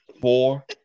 Four